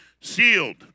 sealed